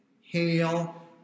hail